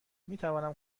میتوانم